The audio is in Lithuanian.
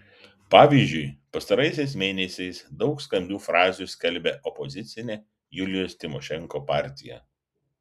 pavyzdžiui pastaraisiais mėnesiais daug skambių frazių skelbia opozicinė julijos tymošenko partija